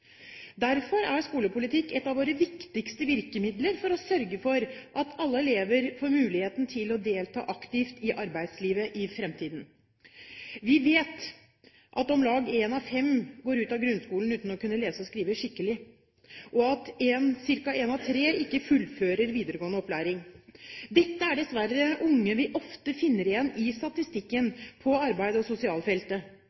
Derfor er skolepolitikk et av våre viktigste virkemidler for å sørge for at alle elever får muligheten til å delta aktivt i arbeidslivet i fremtiden. Vi vet at om lag én av fem går ut av grunnskolen uten å kunne lese og skrive skikkelig, og at én av tre ikke fullfører videregående opplæring. Dette er dessverre unge vi ofte finner igjen i